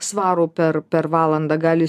svarų per per valandą gali